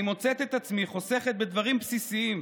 אני מוצאת את עצמי חוסכת בדברים בסיסיים,